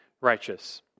righteous